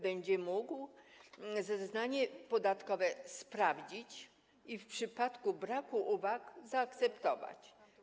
Będzie mógł zeznanie podatkowe sprawdzić i w przypadku braku uwag zaakceptować.